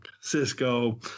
Cisco